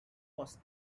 was